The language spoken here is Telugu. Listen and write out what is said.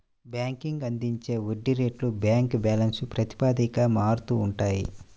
బ్యాంక్ అందించే వడ్డీ రేట్లు బ్యాంక్ బ్యాలెన్స్ ప్రాతిపదికన మారుతూ ఉంటాయి